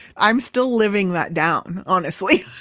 i'm still living that down, honestly.